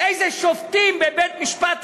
איזה שופטים בבית-משפט עליון,